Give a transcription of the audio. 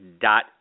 dot